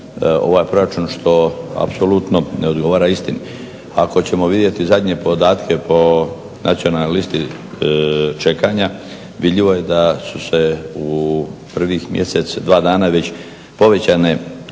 ovaj proračun što apsolutno ne odgovara istini. Ako ćemo vidjeti zadnje podatke po nacionalnoj listi čekanja vidljivo je da je u prvim mjesec i dva dana već povećanje